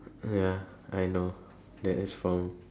ya I know that is from